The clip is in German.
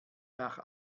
nach